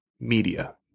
media